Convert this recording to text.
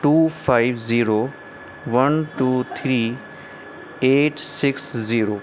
two five zero one two three eight six zero